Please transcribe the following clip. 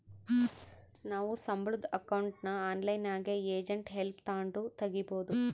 ನಾವು ಸಂಬುಳುದ್ ಅಕೌಂಟ್ನ ಆನ್ಲೈನ್ನಾಗೆ ಏಜೆಂಟ್ ಹೆಲ್ಪ್ ತಾಂಡು ತಗೀಬೋದು